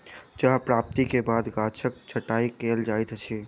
चाह प्राप्ति के बाद गाछक छंटाई कयल जाइत अछि